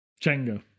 Jenga